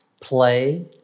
play